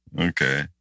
Okay